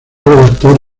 redactor